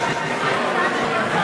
54 קולות,